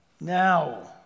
now